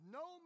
no